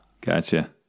gotcha